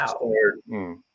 Wow